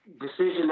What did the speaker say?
decision